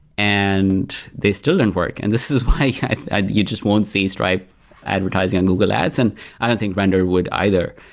and they still don't and work. and this is why you just won't see stripe advertising on google ads and i don't think render would either.